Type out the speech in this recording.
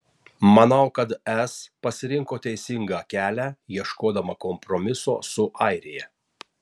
manau kad es pasirinko teisingą kelią ieškodama kompromiso su airija